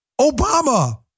Obama